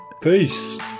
peace